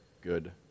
good